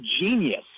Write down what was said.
Genius